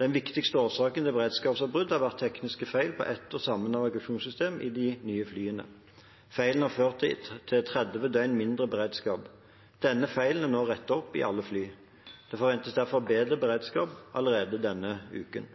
Den viktigste årsaken til beredskapsavbrudd har vært teknisk feil på ett og samme navigasjonssystem i de nye flyene. Feilen har ført til 30 døgn mindre beredskap. Denne feilen er nå rettet opp i alle fly. Det forventes derfor bedre beredskap allerede denne uken.